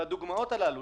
הדוגמות הללו